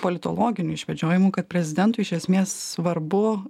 politologinių išvedžiojimų kad prezidentui iš esmės svarbu